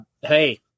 Hey